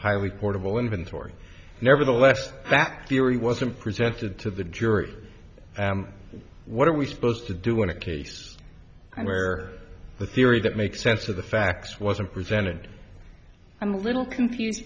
highly portable inventory nevertheless that theory was in presented to the jury what are we supposed to do in a case where the theory that makes sense to the facts wasn't presented i'm a little confused